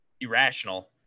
irrational